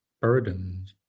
burdened